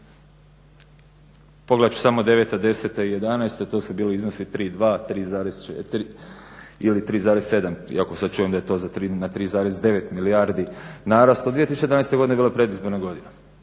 i jedanaesta to su bili iznosi 3,2, 3,4 ili 3,7. Iako sad čujem da je to na 3,9 milijardi naraslo. 2011. godina bila je predizborna godina,